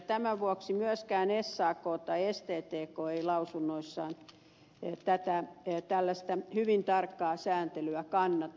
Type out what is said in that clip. tämän vuoksi myöskään sak tai sttk eivät lausunnoissaan tällaista hyvin tarkkaa sääntelyä kannata